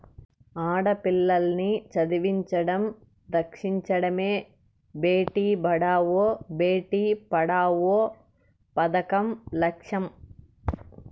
ఆడపిల్లల్ని చదివించడం, రక్షించడమే భేటీ బచావో బేటీ పడావో పదకం లచ్చెం